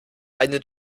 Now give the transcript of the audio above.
eine